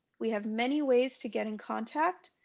we have many ways to get in contact,